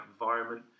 environment